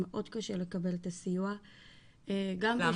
מאוד קשה לקבל את הסיוע.